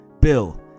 Bill